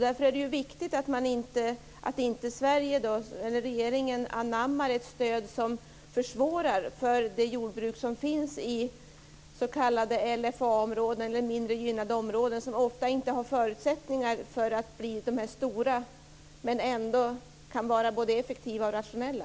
Därför är det viktigt att inte regeringen anammar ett stöd som försvårar för det jordbruk som finns i s.k. LFA-områden, mindre gynnade områden. De har ofta inte förutsättningar att bli stora, men kan ändå vara både effektiva och rationella.